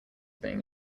being